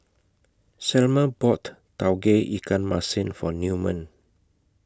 Selma bought Tauge Ikan Masin For Newman